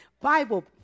Bible